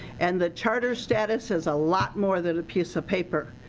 and the charter status is a lot more than a piece of paper.